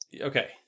Okay